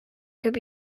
could